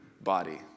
body